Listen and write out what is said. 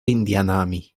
indianami